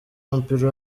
w’umupira